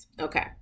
Okay